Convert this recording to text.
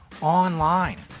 online